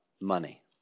money